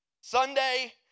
Sunday